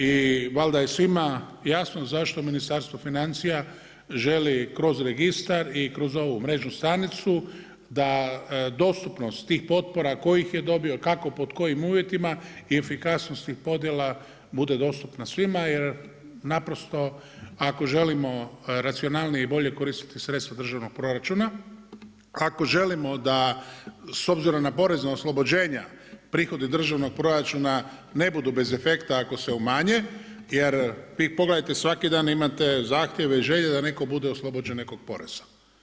I valjda je svima jasno zašto Ministarstvo financija želi kroz registar i kroz ovu mrežnu stanicu da dostupnost tih potpora tko ih je dobio, kako, pod kojim uvjetima i efikasnost tih podjela bude dostupna svima jer ako želimo racionalnije i bolje koristiti sredstva državnog proračuna, ako želimo da s obzirom na porezna oslobođenja prihodi državnog proračuna ne budu bez efekta ako se umanje jer vi pogledajte svaki dan imate zahtjeve i želje da neko bude oslobođen nekog poreza.